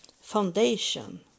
foundation